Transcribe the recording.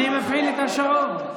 אני מפעיל את השעון.